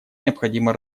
необходимо